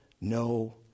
no